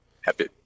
happy